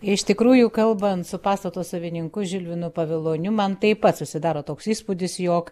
iš tikrųjų kalbant su pastato savininku žilvinu paviloniu man taip pat susidaro toks įspūdis jog